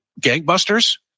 gangbusters